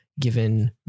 given